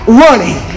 running